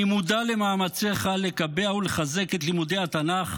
אני מודע למאמציך לקבע ולחזק את לימודי התנ"ך,